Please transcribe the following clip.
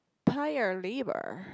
Paya-Lebar